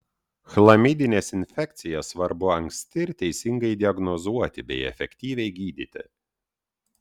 chlamidines infekcijas svarbu anksti ir teisingai diagnozuoti bei efektyviai gydyti